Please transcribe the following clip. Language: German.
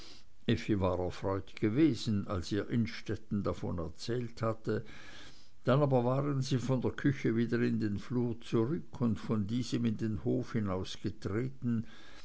erfreut gewesen als ihr innstetten davon erzählt hatte dann aber waren sie von der küche wieder in den flur zurück und von diesem in den hof